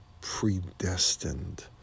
predestined